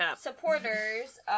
supporters